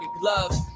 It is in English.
gloves